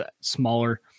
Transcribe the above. smaller